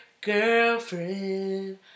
Girlfriend